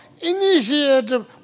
initiative